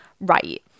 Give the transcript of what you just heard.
right